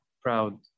proud